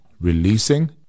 Releasing